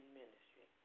ministry